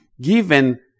given